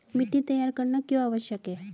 मिट्टी तैयार करना क्यों आवश्यक है?